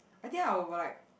I think I will like